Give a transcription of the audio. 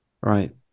Right